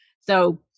So-